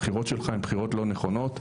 הבחירות שלך הן בחירות לא נכונות,